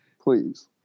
Please